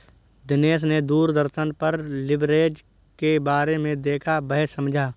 दिनेश ने दूरदर्शन पर लिवरेज के बारे में देखा वह समझा